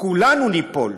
כולנו ניפול.